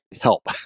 help